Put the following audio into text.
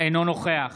אינו נוכח